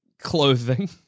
clothing